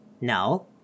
No